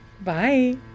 Bye